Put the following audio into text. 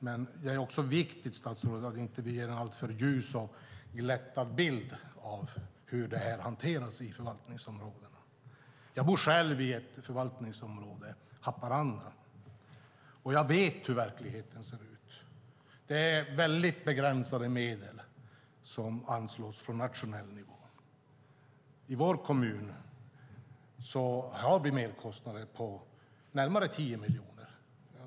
Men det är också viktigt, statsrådet, att vi inte ger en alltför ljus och glättad bild av hur det hanteras i förvaltningsområdena. Jag bor själv i ett förvaltningsområde, Haparanda. Jag vet hur verkligheten ser ut. Det är väldigt begränsade medel som anslås från nationell nivå. I vår kommun har vi merkostnader på närmare 10 miljoner.